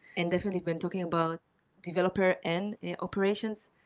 and definitely, when talking about developer and operations,